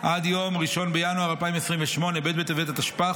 עד יום 1 בינואר 2028, ב' בטבת התשפ"ח,